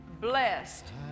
Blessed